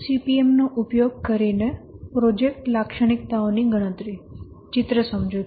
PERT CPM નો ઉપયોગ કરીને પ્રોજેક્ટ લાક્ષણિકતાઓની ગણતરી ચિત્ર સમજૂતી